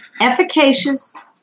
efficacious